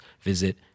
visit